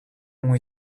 ont